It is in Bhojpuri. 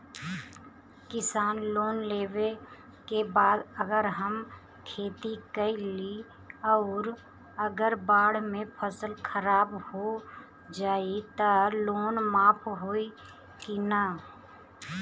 किसान लोन लेबे के बाद अगर हम खेती कैलि अउर अगर बाढ़ मे फसल खराब हो जाई त लोन माफ होई कि न?